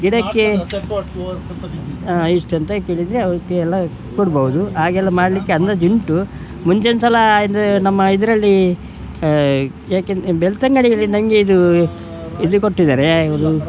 ಗಿಡಕ್ಕೆ ಎಷ್ಟು ಅಂತ ಕೇಳಿದರೆ ಅದಕ್ಕೆಲ್ಲ ಕೊಡ್ಬಹುದು ಹಾಗೆಲ್ಲ ಮಾಡಲಿಕ್ಕೆ ಅಂದಾಜುಂಟು ಮುಂಚೆ ಒಂದ್ಸಲ ಇದ ನಮ್ಮ ಇದರಲ್ಲಿ ಯಾಕೆಂತ ಬೆಳ್ತಂಗಡಿಯಲ್ಲಿ ನನಗೆ ಇದು ಇದು ಕೊಟ್ಟಿದ್ದಾರೆ ಯಾವುದು